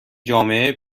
جامعه